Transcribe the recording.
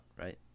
right